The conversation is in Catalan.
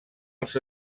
els